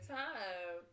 time